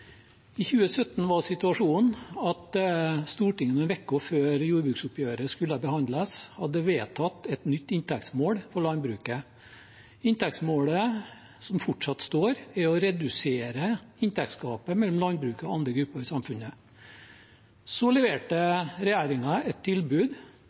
i vår landbrukspolitikk. I 2017 var situasjonen at Stortinget uken før jordbruksoppgjøret skulle forhandles, hadde vedtatt et nytt inntektsmål for landbruket. Inntektsmålet, som fortsatt står, er å redusere inntektsgapet mellom landbruket og andre grupper i samfunnet. Så